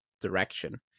direction